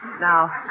Now